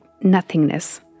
nothingness